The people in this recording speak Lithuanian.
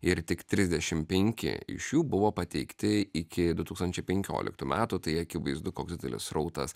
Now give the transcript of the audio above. ir tik trisdešimt penki iš jų buvo pateikti iki du tūkstančiai penkioliktų metų tai akivaizdu koks didelis srautas